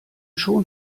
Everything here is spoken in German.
schon